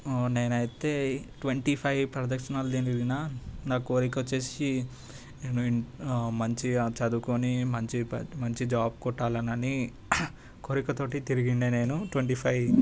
నేనైతే twenty five ప్రదక్షిణాలు తిరిగిన నా కోరిక వచ్చేసి నేను మంచిగా చదువుకొని మంచి మంచి జాబ్ కొట్టాలనని కోరిక తోటి తిరిగిండే నేను ట్వంటీ ఫైవ్